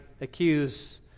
accuse